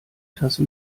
tasse